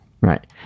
Right